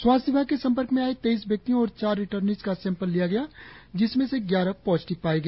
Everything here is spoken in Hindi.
स्वास्थ्य विभाग के संपर्क में आए तेईस व्यक्तियों और चार रिटर्निज का सैंपल लिया जिसमें से ग्यारह पॉजिटिव पाए गए हैं